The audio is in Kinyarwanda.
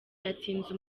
yatsinze